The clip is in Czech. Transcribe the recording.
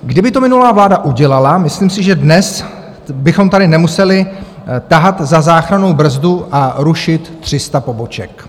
Kdyby to minulá vláda udělala, myslím si, že dnes bychom tady nemuseli tahat za záchrannou brzdu a rušit 300 poboček.